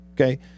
Okay